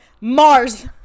Mars